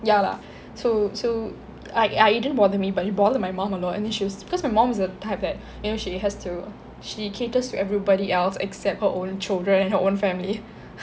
ya lah so so I I it didn't bother me but it bothered my mum a lot and then she because my moms is the type that you know she has to she caters to everybody else except her own children her own family